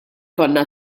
konna